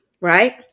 right